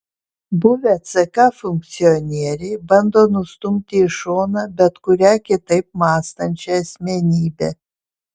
buvę ck funkcionieriai bando nustumti į šoną bet kurią kitaip mąstančią asmenybę